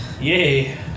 Yay